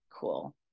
cool